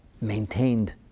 maintained